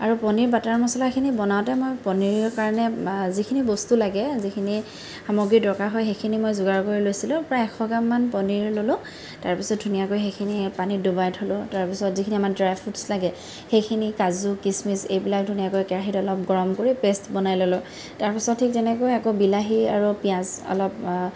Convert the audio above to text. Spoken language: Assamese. আৰু পনীৰ বাটাৰ মচলাখিনি বনাওঁতে মই পনীৰৰ কাৰণে যিখিনি বস্তু লাগে যিখিনি সামগ্ৰীৰ দৰকাৰ হয় সেইখিনি মই যোগাৰ কৰি লৈছিলোঁ প্ৰায় এশ গ্ৰামমান পনীৰ ললোঁ তাৰপিছত ধুনীয়াকৈ সেইখিনি পানীত ডুবাই থলোঁ তাৰপিছত যিখিনি আমাৰ ড্ৰাই ফ্ৰটছ লাগে সেইখিনি কাজু কিচমিচ এইবিলাক ধুনীয়াকৈ কেৰাহিত অলপ গৰম কৰি পেষ্ট বনাই ললোঁ তাৰপিছত ঠিক তেনেকৈ আকৌ বিলাহী আৰু পিঁয়াজ অলপ